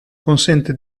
consente